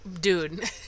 Dude